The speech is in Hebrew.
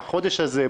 בחודש הזה,